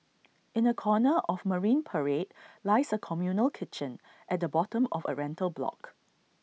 in A corner of marine parade lies A communal kitchen at the bottom of A rental block